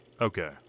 Okay